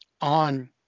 on